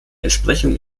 entsprechung